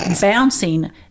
bouncing